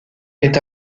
est